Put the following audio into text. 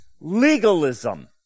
legalism